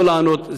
לא לענות,